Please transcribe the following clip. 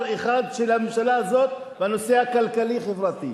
אחת של הממשלה הזאת בנושא הכלכלי-חברתי,